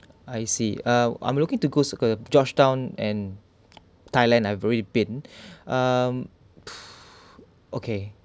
I see uh I'm looking to go to georgetown and thailand I've already been um okay